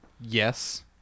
Yes